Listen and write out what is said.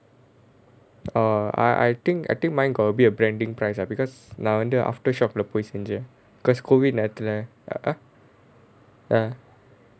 err I I think I think mine got a bit of branding price lah because நான் வந்து:naan vanthu aftershock leh போய் செஞ்சேன்:poi senjaen because COVID nineteen leh uh